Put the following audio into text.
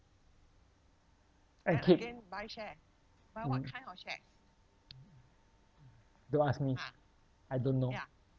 and keep mm don't ask me I don't know